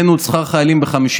העלינו את שכר החיילים ב-50%,